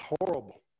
horrible